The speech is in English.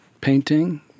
painting